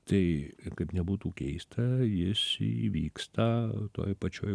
tai kaip nebūtų keista jis įvyksta toj pačioj